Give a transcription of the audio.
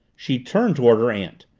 she turned toward her aunt.